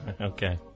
Okay